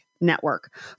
network